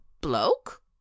bloke